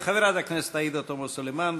חברת הכנסת עאידה תומא סלימאן.